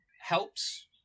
helps